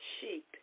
sheep